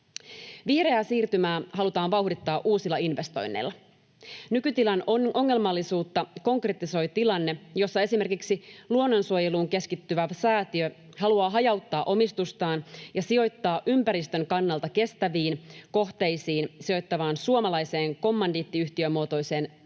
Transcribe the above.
Vihreää siirtymää halutaan vauhdittaa uusilla investoinneilla. Nykytilan ongelmallisuutta konkretisoi tilanne, jossa esimerkiksi luonnonsuojeluun keskittyvä säätiö haluaa hajauttaa omistustaan ja sijoittaa ympäristön kannalta kestäviin kohteisiin sijoittavaan suomalaiseen kommandiittiyhtiömuotoiseen